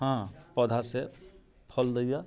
हँ पौधासँ फल दैये